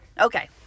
Okay